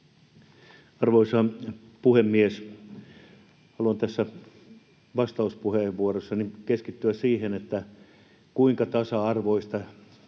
Arvoisa puhemies! Haluan tässä vastauspuheenvuorossani keskittyä siihen, että kuinka tasa-arvoista